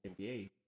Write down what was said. NBA